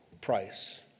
price